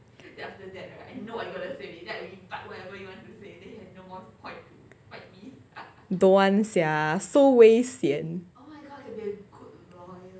don't want sia so waste [sial]